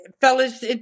fellas